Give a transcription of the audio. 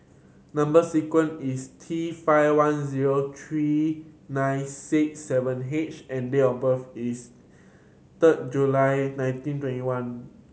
number sequence is T five one zero three nine six seven H and date of birth is third July nineteen twenty one